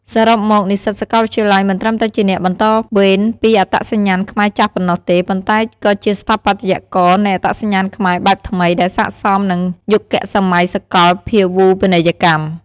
សរុបមក និស្សិតសាកលវិទ្យាល័យមិនត្រឹមតែជាអ្នកបន្តវេនពីអត្តសញ្ញាណខ្មែរចាស់ប៉ុណ្ណោះទេ ប៉ុន្តែក៏ជាស្ថាបត្យករនៃអត្តសញ្ញាណខ្មែរបែបថ្មីដែលស័ក្តិសមនឹងយុគសម័យសកលភាវូបនីយកម្ម។